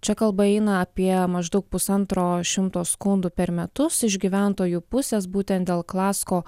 čia kalba eina apie maždaug pusantro šimto skundų per metus iš gyventojų pusės būtent dėl klasko